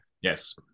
Yes